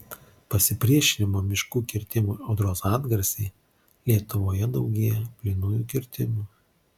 pasipriešinimo miškų kirtimui audros atgarsiai lietuvoje daugėja plynųjų kirtimų